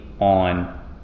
on